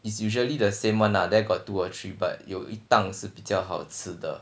is usually the same one ah there got two or three but 有一档是比较好吃的